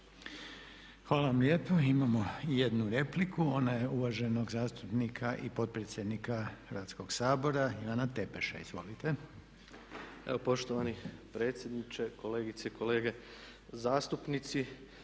Hvala vam lijepo. Imamo jednu repliku ona je uvaženog zastupnika i potpredsjednika Hrvatskog sabora Ivana Tepeša. Izvolite. **Tepeš, Ivan (HSP AS)** Evo poštovani predsjedniče, kolegice i kolege zastupnici